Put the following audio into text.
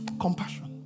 Compassion